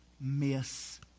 miss